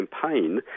campaign